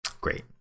Great